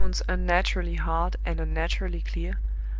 in tones unnaturally hard and unnaturally clear,